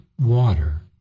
water